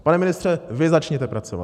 Pane ministře, vy začněte pracovat.